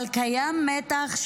אבל קיים מתח,